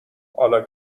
حالا